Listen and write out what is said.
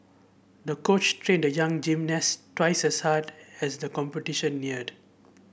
the coach trained the young gymnast twice as hard as the competition neared